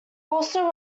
also